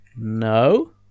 no